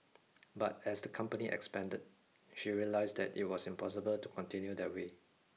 but as the company expanded she realised that it was impossible to continue that way